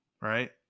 Right